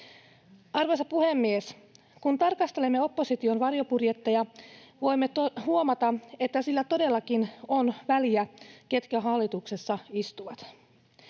Arvoisa puhemies! Kun tarkastelemme opposition varjobudjetteja, voimme huomata, että sillä todellakin on väliä, ketkä hallituksessa istuvat.